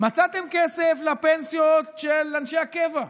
מצאתם כסף לפנסיות של אנשי הקבע,